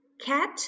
Cat